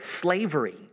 slavery